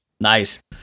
Nice